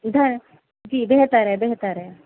جی بہتر ہے بہتر ہے